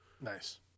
Nice